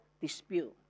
dispute